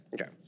Okay